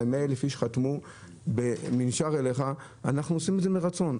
אולי 100 אלף איש חתמו שהם עושים את זה מרצון,